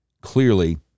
clearly